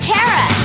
Tara